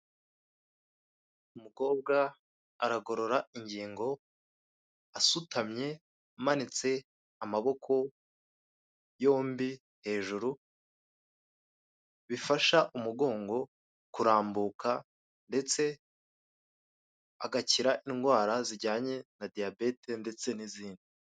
Umukobwa aragorora ingingo, asutamye, amanitse amaboko yombi hejuru, bifasha umugongo kurambuka, ndetse agakira indwara zijyanye na diyabete ndetse n'izindi.